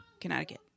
Connecticut